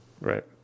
Right